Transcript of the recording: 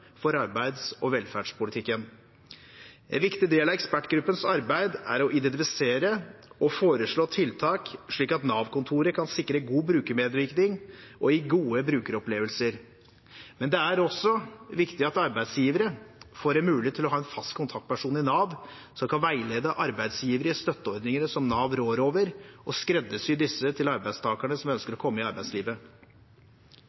for arbeids- og velferdspolitikken. En viktig del av ekspertgruppens arbeid er å identifisere og foreslå tiltak slik at Nav-kontoret kan sikre god brukermedvirkning og gi gode brukeropplevelser. Det er også viktig at arbeidsgivere får en mulighet til å ha en fast kontaktperson i Nav som kan veilede arbeidsgivere i støtteordningene som Nav rår over, og skreddersy disse til arbeidstakere som ønsker